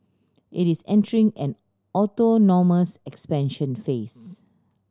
it is entering an autonomous expansion phase